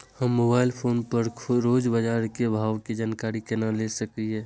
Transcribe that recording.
हम mobile phone पर रोज बाजार के भाव के जानकारी केना ले सकलिये?